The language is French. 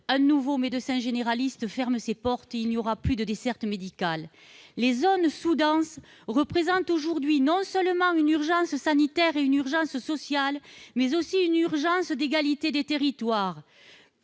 un nouveau médecin généraliste, ce qui met un terme à la desserte médicale. Les zones sous-denses représentent aujourd'hui non seulement une urgence sanitaire et une urgence sociale, mais aussi une urgence en termes d'égalité des territoires.